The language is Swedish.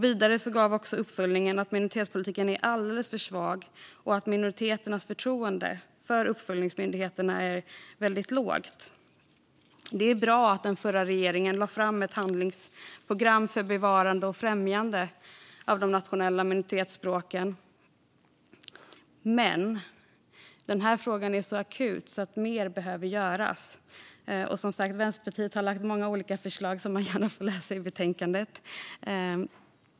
Vidare är uppföljningen av minoritetspolitiken alldeles för svag, och minoriteternas förtroende för uppföljningsmyndigheterna är väldigt lågt. Det var bra att den förra regeringen lade fram ett handlingsprogram för bevarande och främjande av de nationella minoritetsspråken. Men frågan är så akut att mer behöver göras. Vänsterpartiet har som sagt lagt fram många olika förslag, som man gärna får läsa mer om i betänkandet.